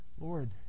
Lord